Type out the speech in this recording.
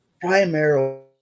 primarily